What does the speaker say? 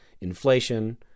inflation